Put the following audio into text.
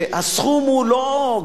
שהסכום הוא לא,